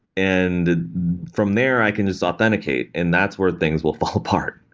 and from there i can just authenticate and that's where things will fall apart.